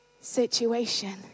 situation